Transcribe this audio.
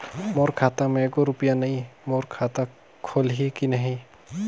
मोर खाता मे एको रुपिया नइ, मोर खाता खोलिहो की नहीं?